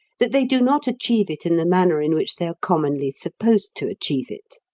that they do not achieve it in the manner in which they are commonly supposed to achieve it.